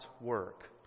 work